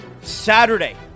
Saturday